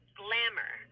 glamour